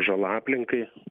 žala aplinkai